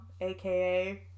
aka